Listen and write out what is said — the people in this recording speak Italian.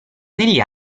negli